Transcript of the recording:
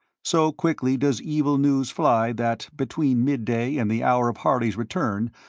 so quickly does evil news fly that, between mid-day and the hour of harley's return,